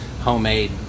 homemade